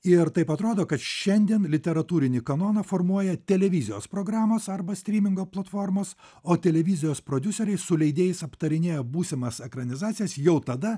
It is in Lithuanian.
ir taip atrodo kad šiandien literatūrinį kanoną formuoja televizijos programos arba strymingo platformos o televizijos prodiuseriai su leidėjais aptarinėja būsimas ekranizacijas jau tada